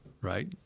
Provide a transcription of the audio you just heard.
right